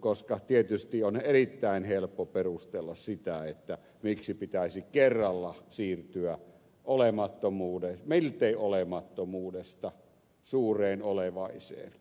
koska tietysti on erittäin helppo perustella sitä miksi pitäisi kerralla siirtyä miltei olemattomuudesta suureen olevaiseen